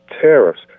tariffs